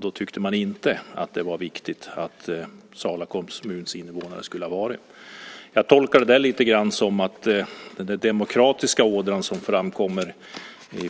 Då tyckte man inte att det var viktigt med Sala kommuns invånare. Jag tolkar det lite grann som att den demokratiska ådra som framkommer